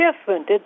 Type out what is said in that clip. different